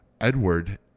Edward